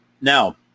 Now